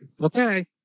Okay